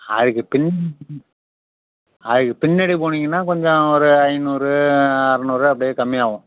அதுக்கு பின் அதுக்கு பின்னாடி போனிங்கன்னால் கொஞ்சம் ஒரு ஐந்நூறு அறுநூறு அப்படியே கம்மியாகும்